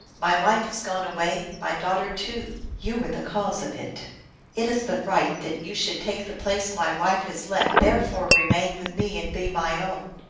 my wife has gone away my daughter, too. you were the cause of it it is but right that you should take the place my wife has left. therefore remain with me and be my own.